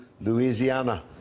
Louisiana